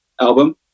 album